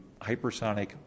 hypersonic